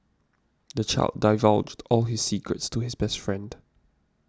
the child divulged all his secrets to his best friend